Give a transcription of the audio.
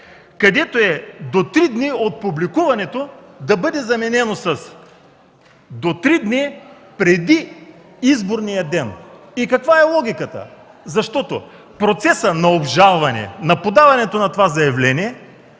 където „до три дни от публикуването” да бъде заменено с „до три дни преди изборния ден”. Каква е логиката? Процесът на обжалване на подаването на това заявление